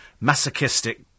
masochistic